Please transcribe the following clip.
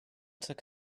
took